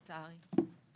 לצערי,